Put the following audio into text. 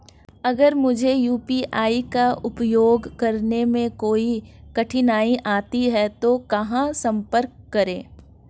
अगर मुझे यू.पी.आई का उपयोग करने में कोई कठिनाई आती है तो कहां संपर्क करें?